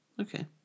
Okay